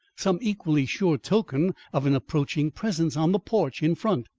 some equally sure token of an approaching presence on the porch in front.